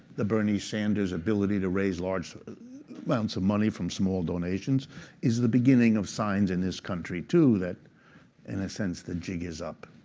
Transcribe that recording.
the bernie sanders ability to raise large amounts of money from small donations is the beginning of signs in this country too that in a sense the jig is up.